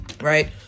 right